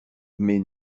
mais